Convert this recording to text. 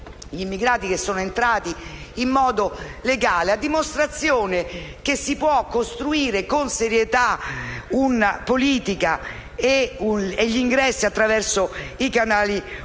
gli immigrati entrati in modo legale, a dimostrazione che si può costruire con serietà una politica di ingressi attraverso i canali umanitari.